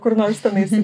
kur nors tenais